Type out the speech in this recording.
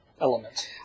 element